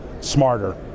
smarter